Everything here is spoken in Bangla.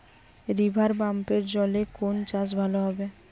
রিভারপাম্পের জলে কোন চাষ ভালো হবে?